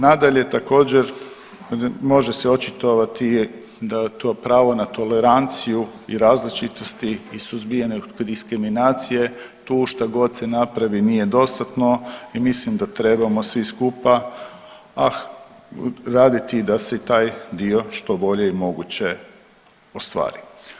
Nadalje, također može se očitovati da to pravo na toleranciju i različitosti i suzbijanje diskriminacije tu što god se napravi nije dostatno i mislim da trebamo svi skupa, ah raditi da se i taj dio što bolje i moguće ostvari.